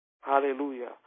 Hallelujah